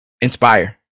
inspire